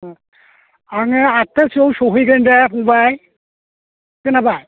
अ आङो आदथासोआव सहैगोन दे फंबाइ खोनाबाय